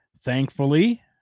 Thankfully